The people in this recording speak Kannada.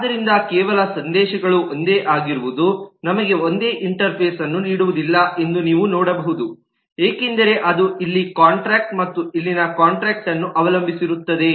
ಆದ್ದರಿಂದ ಕೇವಲ ಸಂದೇಶಗಳು ಒಂದೇ ಆಗಿರುವುದು ನಮಗೆ ಒಂದೇ ಇಂಟರ್ಫೇಸ್ ಅನ್ನು ನೀಡುವುದಿಲ್ಲ ಎಂದು ನೀವು ನೋಡಬಹುದು ಏಕೆಂದರೆ ಅದು ಇಲ್ಲಿ ಕಾಂಟ್ರಾಕ್ಟ್ ಮತ್ತು ಇಲ್ಲಿನ ಕಾಂಟ್ರಾಕ್ಟ್ ಅನ್ನು ಅವಲಂಬಿಸಿರುತ್ತದೆ